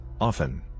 Often